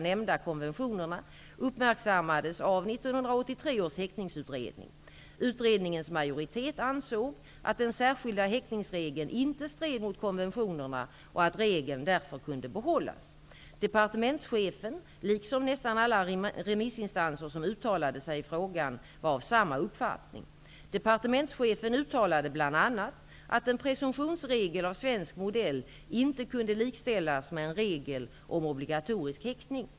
Utredningens majoritet ansåg att den särskilda häktningsregeln inte stred mot konventionerna och att regeln därför kunde behållas. Departementschefen liksom nästan alla remissinstanser som uttalade sig i frågan var av samma uppfattning , Departementschefen uttalade bl.a. att en presumtionsregel av svensk modell inte kunde likställas med en regel om obligatorisk häktning.